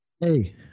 Hey